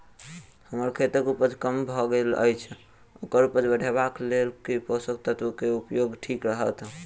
हम्मर खेतक उपज कम भऽ गेल अछि ओकर उपज बढ़ेबाक लेल केँ पोसक तत्व केँ उपयोग ठीक रहत?